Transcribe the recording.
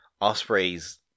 Osprey's